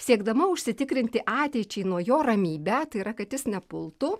siekdama užsitikrinti ateičiai nuo jo ramybę tai yra kad jis nepultų